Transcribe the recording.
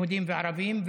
יהודים וערבים,